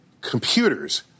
computers